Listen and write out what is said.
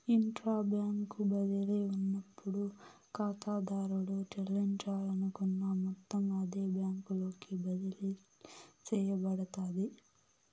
intra bank బదిలీ ఉన్నప్పుడు కాతాదారుడు సెల్లించాలనుకున్న మొత్తం అదే బ్యాంకులోకి బదిలీ సేయబడతాది